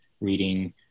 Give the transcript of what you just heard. reading